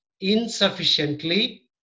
insufficiently